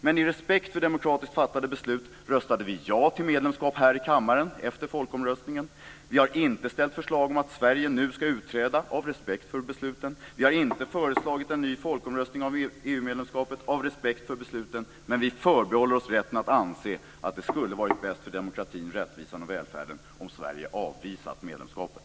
Med respekt för demokratiskt fattade beslut röstade vi ja till medlemskap här i kammaren efter folkomröstningen. Av respekt för besluten har vi inte ställt förslag om att Sverige ska utträda. Av respekt för besluten har vi inte föreslagit en ny folkomröstning om EU-medlemskapet. Men vi förbehåller oss rätten att anse att det skulle ha varit bäst för demokratin, rättvisan och välfärden om Sverige avvisat medlemskapet.